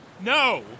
No